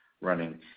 running